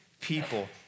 people